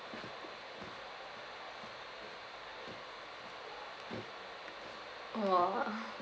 !wah!